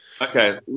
Okay